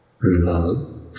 blood